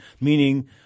meaning